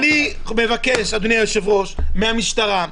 אני מבקש, אדוני היושב-ראש, מהמשטרה.